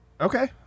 Okay